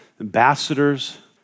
ambassadors